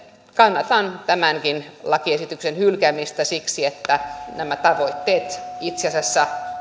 kannatan tämänkin lakiesityksen hylkäämistä siksi että nämä tavoitteet itse asiassa